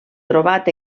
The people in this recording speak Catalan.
trobat